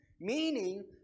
Meaning